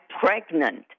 pregnant